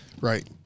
Right